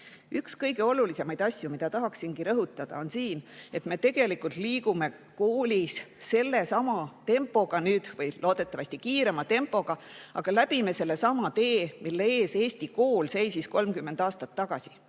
Üks kõige olulisemaid asju, mida ma tahaksin rõhutada, on see, et me tegelikult liigume koolis edasi sellesama tempoga või loodetavasti kiirema tempoga, aga läbime sellesama tee, mille ees Eesti kool seisis 30 aastat tagasi,